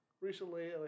recently